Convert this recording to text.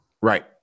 Right